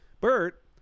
Bert